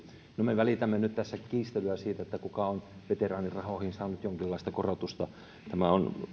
no me välitämme nyt tässä kiistellään siitä kuka on veteraanirahoihin saanut jonkinlaista korotusta tämä on